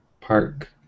park